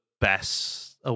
best